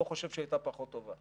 אני לא חושב שהיא הייתה פחות טובה.